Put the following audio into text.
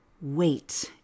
wait